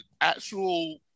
actual